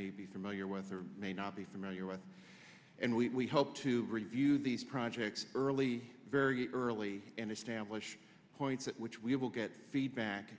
may be familiar with or may not be familiar with and we hope to review these projects early very early and establish points at which we will get feedback